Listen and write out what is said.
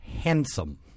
handsome